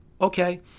okay